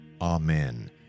Amen